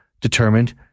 determined